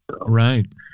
Right